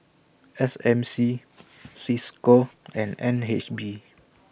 S M C CISCO and N H B